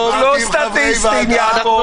אנחנו לא סטטיסטים, יעקב.